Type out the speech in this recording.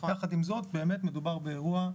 יחד עם זאת, באמת מדובר באירוע,